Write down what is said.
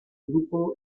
grupo